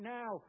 now